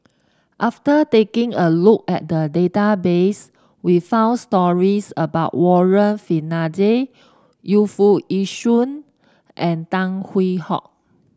after taking a look at the database we found stories about Warren Fernandez Yu Foo Yee Shoon and Tan Hwee Hock